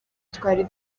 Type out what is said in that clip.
twari